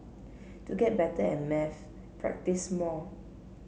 to get better at maths practise more